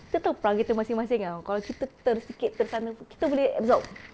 kita tahu perangai kita masing-masing tahu kalau kita tersikit ter~ sana pun kita boleh absorb